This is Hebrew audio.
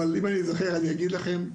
אבל אם אני אזכר אני אגיד לכם,